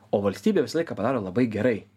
o valstybė visą laiką padaro labai gerai